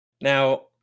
Now